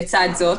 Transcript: לצד זאת